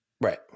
right